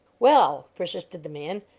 well, persisted the man,